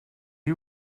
you